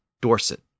Dorset